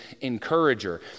Encourager